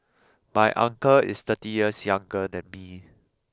my uncle is thirty years younger than me